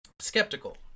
skeptical